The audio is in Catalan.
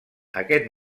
aquest